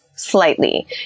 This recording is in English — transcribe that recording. slightly